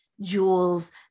jewels